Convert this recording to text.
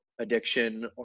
addiction